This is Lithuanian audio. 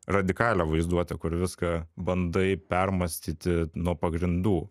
radikalią vaizduotę kur viską bandai permąstyti nuo pagrindų